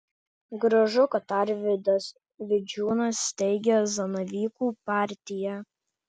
gražu kad arvydas vidžiūnas steigia zanavykų partiją